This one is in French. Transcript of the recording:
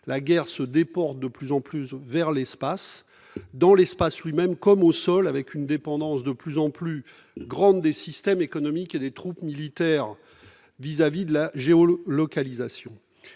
la guerre se déporte de plus en plus vers l'espace, dans l'espace lui-même mais aussi au sol, compte tenu de la dépendance de plus en plus grande des systèmes économiques et des troupes militaires à la géolocalisation.